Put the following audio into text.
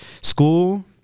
school